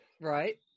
right